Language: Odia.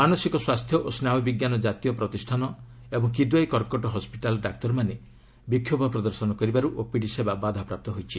ମାନସିକ ସ୍ୱାସ୍ଥ୍ୟ ଓ ସ୍ନାୟୁ ବିଜ୍ଞାନ ଜାତୀୟ ପ୍ରତିଷ୍ଠାନ ଏବଂ କିଦ୍ୱାଇ କର୍କଟ ହସ୍କିଟାଲ୍ର ଡାକ୍ତରମାନେ ମଧ୍ୟ ବିକ୍ଷୋଭ ପ୍ରଦର୍ଶନ କରିବାରୁ ଓପିଡି ସେବା ବାଧାପ୍ରାପ୍ତ ହୋଇଛି